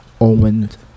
Owens